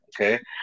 Okay